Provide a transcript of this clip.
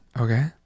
Okay